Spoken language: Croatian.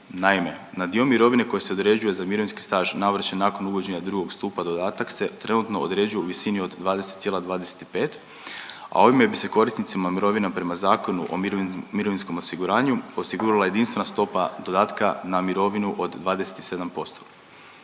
Naime, na dio mirovine koji se određuje za mirovinski staž navršen nakon uvođenja II. stupa dodatak se trenutno određuje u visini od 20,25, a ovime bi se korisnicima mirovina prema Zakonu o mirovinskom osiguranju osigurala jedinstvena stopa dodatka na mirovinu od 27%.